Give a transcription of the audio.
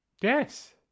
Yes